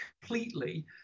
completely